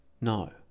No